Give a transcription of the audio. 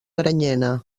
granyena